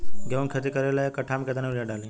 गेहूं के खेती करे ला एक काठा में केतना युरीयाँ डाली?